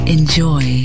Enjoy